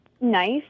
nice